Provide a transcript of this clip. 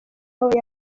aho